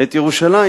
"את ירושלים,